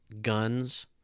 guns